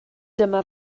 dyma